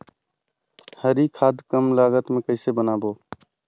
हरी खाद कम लागत मे कइसे बनाबो?